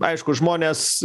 aišku žmonės